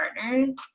partners